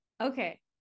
okay